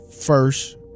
first